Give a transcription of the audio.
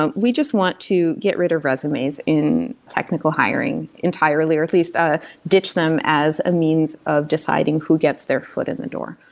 um we just want to get rid of resumes in technical hiring entirely, or at least ah ditch them as a means of deciding who gets their foot in the door.